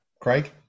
Craig